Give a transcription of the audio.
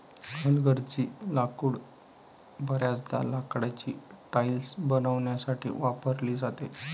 हलगर्जी लाकूड बर्याचदा लाकडाची टाइल्स बनवण्यासाठी वापरली जाते